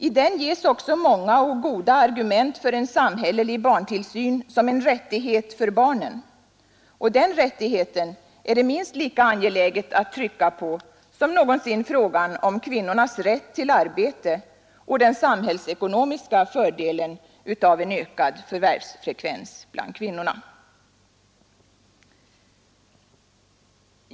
I den ges också många och goda argument för en samhällelig barntillsyn som en rättighet för barnen, och den rättigheten är det minst lika angeläget att trycka på som någonsin kvinnornas rätt till arbete och den samhällsekonomiska fördelen av en ökad förvärvsfrekvens bland kvinnorna.